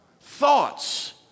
thoughts